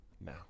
now